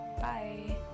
Bye